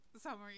summary